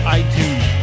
iTunes